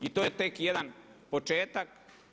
I to je tek jedan početak.